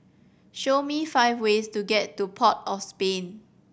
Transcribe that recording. show me five ways to get to Port of Spain